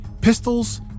pistols